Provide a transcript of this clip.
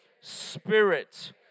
spirit